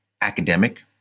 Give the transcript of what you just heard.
academic